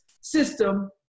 system